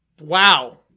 Wow